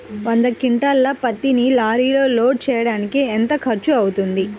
వంద క్వింటాళ్ల పత్తిని లారీలో లోడ్ చేయడానికి ఎంత ఖర్చవుతుంది?